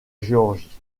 géorgie